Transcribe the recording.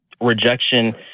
rejection